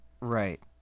Right